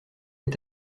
est